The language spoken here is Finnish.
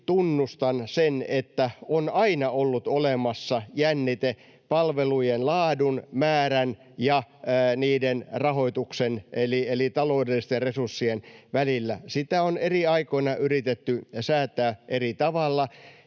tunnustan sen, että on aina ollut olemassa jännite palvelujen laadun, määrän ja niiden rahoituksen eli taloudellisten resurssien välillä. Sitä on eri aikoina yritetty säätää eri tavalla.